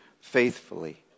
faithfully